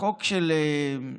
החוק של צד"ל,